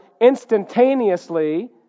instantaneously